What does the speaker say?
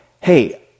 hey